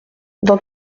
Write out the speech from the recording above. dans